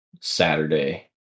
Saturday